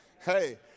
Hey